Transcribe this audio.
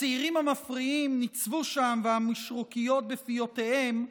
הצעירים המפריעים ניצבו שם והמשרוקיות בפיותיהם,